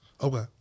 Okay